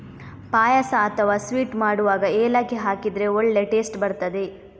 ಪಾಯಸ ಅಥವಾ ಸ್ವೀಟ್ ಮಾಡುವಾಗ ಏಲಕ್ಕಿ ಹಾಕಿದ್ರೆ ಒಳ್ಳೇ ಟೇಸ್ಟ್ ಬರ್ತದೆ